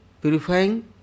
purifying